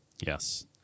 Yes